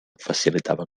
facilitava